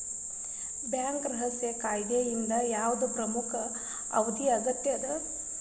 Bank ರಹಸ್ಯ ಕಾಯಿದೆಯಿಂದ ಯಾವ್ದ್ ಪ್ರಮುಖ ವರದಿ ಅಗತ್ಯ ಅದ?